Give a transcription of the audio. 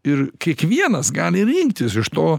ir kiekvienas gali rinktis iš to